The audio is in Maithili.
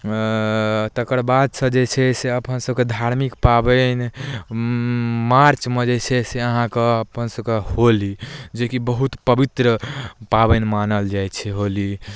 तकर बाद से जे छै से अपन सभके धार्मिक पाबनि मार्चमे जे छै से अहाँके अपन सभके होली जेकि बहुत पवित्र पाबनि मानल जाइ छै होली